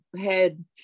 head